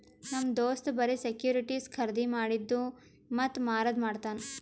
ನಮ್ ದೋಸ್ತ್ ಬರೆ ಸೆಕ್ಯೂರಿಟಿಸ್ ಖರ್ದಿ ಮಾಡಿದ್ದು ಮತ್ತ ಮಾರದು ಮಾಡ್ತಾನ್